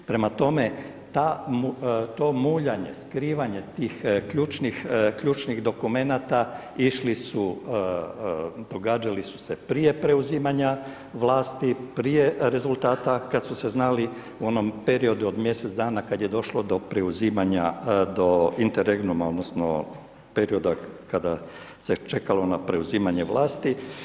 Prema tome, to muljanje, skrivanje, tih ključnih dokumenata, išli su događali su se prije preuzimanja vlasti, prije rezultata, kad su se znali u onom periodu od mjesec dana, kad je došlo do preuzimanja, do … odnosno, perioda kada se čekalo na preuzimanja vlasti.